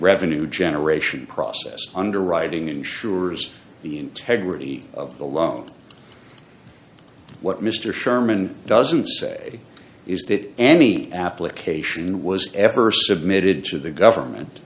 revenue generation process underwriting ensures the integrity of the loan what mr sherman doesn't say is that any application was ever submitted to the government